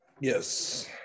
Yes